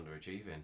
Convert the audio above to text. underachieving